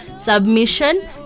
Submission